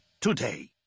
today